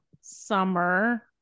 summer